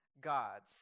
God's